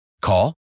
Call